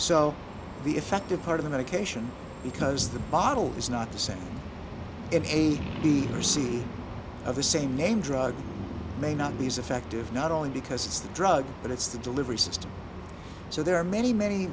the effective part of the medication because the bottle is not the same it's a b or c of the same name drugs may not be as effective not only because it's the drug but it's the delivery system so there are many many